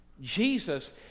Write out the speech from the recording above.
Jesus